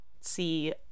see